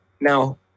now